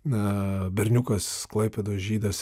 na berniukas klaipėdos žydas